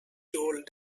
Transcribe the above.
told